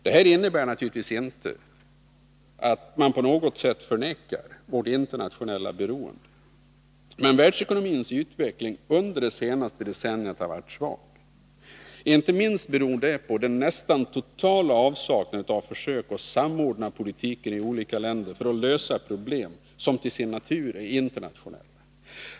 Detta innebär naturligtvis inte att man på något sätt förnekar vårt internationella beroende. Men världsekonomins utveckling under det senaste decenniet har varit svag. Inte minst beror detta på en nästan total avsaknad av försök att samordna politiken i olika länder för att söka lösa problem som till sin natur är internationella.